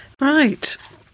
Right